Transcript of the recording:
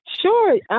Sure